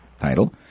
title